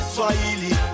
Swahili